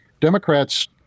Democrats